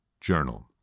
journal